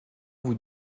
vous